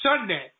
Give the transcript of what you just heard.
Sunday